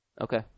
Okay